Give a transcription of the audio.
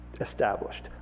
established